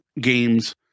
games